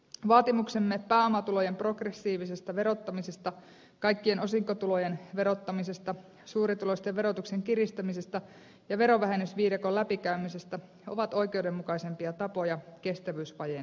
vaatimuksemme pääomatulojen progressiivisesta verottamisesta kaikkien osinkotulojen verottamisesta suurituloisten verotuksen kiristämisestä ja verovähennysviidakon läpikäymisestä ovat oikeudenmukaisempia tapoja kestävyysvajeen voittamiseksi